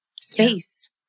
space